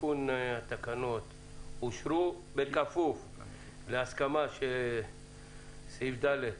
תיקון התקנות אושר, בכפוף להסכמה ש-(ד)